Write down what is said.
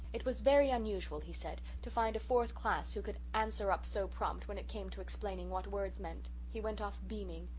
it was very unusual he said, to find a fourth class who could answer up so prompt when it came to explaining what words meant. he went off beaming.